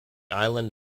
island